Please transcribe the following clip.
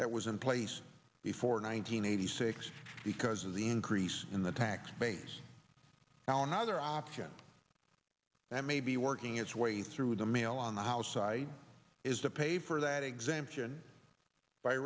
that was in place before nine hundred eighty six because of the increase in the tax base now another option that may be working its way through the mail on the house side is the pay for that exemption by